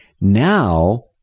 now